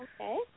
Okay